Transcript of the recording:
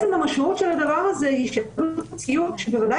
המשמעות של הדבר הזה היא שעלות ציות שבוודאי